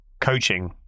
coaching